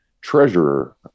treasurer